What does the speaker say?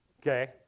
Okay